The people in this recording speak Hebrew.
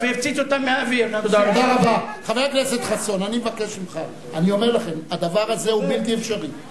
אני לא מבין מה ההסלמה הזאת ומה אשמים אזרחים גם מפה וגם משם,